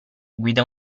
guida